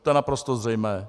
To je naprosto zřejmé.